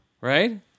Right